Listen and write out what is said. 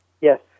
Yes